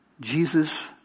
Jesus